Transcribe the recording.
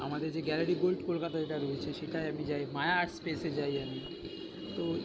আমাদের যে gallery gold কলকাতায় যেটা রয়েছে সেটায় আমি যাই মায়া আর্ট স্পেসে যাই আমি তো